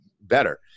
better